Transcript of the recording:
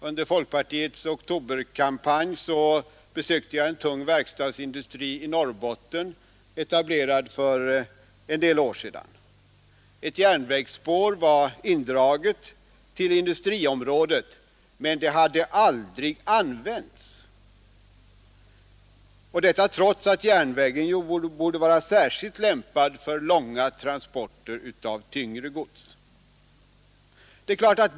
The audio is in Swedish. Under folkpartiets oktoberkampanj besökte jag en tung verkstadsindustri i Norrbotten, som etablerats för en del år sedan. Ett spår var framdraget till industriområdet, men det hade aldrig använts — och detta trots att järnvägen borde vara särskilt lämpad för långa transporter av tyngre gods.